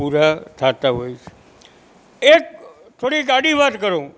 પૂરા થતાં હોય છે એક થોડીક આડી વાત કરું